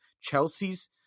Chelsea's